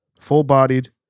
full-bodied